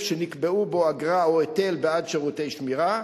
שנקבעו בו אגרה או היטל בעד שירותי שמירה,